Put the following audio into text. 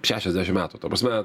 šešiasdešim metų ta prasme